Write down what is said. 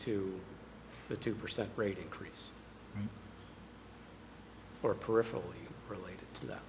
to the two percent rate increase or peripherally related to that